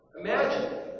Imagine